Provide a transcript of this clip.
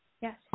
Yes